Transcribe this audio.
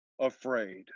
afraid